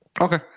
Okay